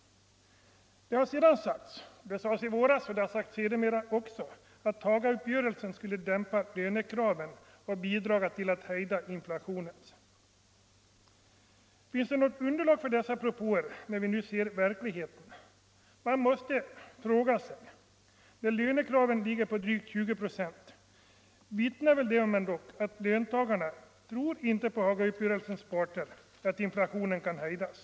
Det har sedan framhållits — det sades i våras och det har sagts sedermera också — att Hagauppgörelsen skulle dämpa lönekraven och bidra till att hejda inflationen. Finns det något underlag för dessa förutsägelser, när vi nu ser verkligheten? Man måste fråga sig, när lönekraven ligger på drygt 20 procent, om inte detta vittnar om att löntagarna inte tror på påståendet av Hagauppgörelsens parter att inflationen kan hejdas.